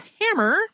hammer